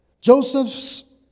Joseph's